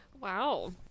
Wow